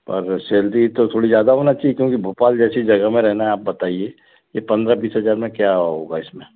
पर सैलरी तो थोड़ी ज़्यादा होनी चाहिए क्योंकि भोपाल जैसी जगह में रहना आप बताइए ये पंद्रह बीस हजार में क्या होगा इसमें